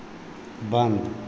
बंद